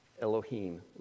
Elohim